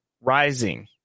Rising